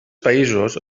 països